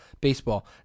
baseball